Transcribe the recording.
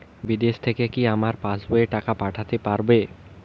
বিদেশ থেকে কি আমার পাশবইয়ে টাকা পাঠাতে পারবে?